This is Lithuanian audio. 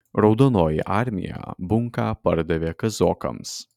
raudonoji armija bunką pardavė kazokams